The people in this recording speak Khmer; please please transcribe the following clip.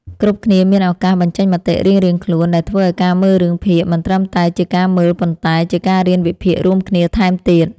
គ្រប់គ្នាមានឱកាសបញ្ចេញមតិរៀងៗខ្លួនដែលធ្វើឱ្យការមើលរឿងភាគមិនត្រឹមតែជាការមើលប៉ុន្តែជាការរៀនវិភាគរួមគ្នាថែមទៀត។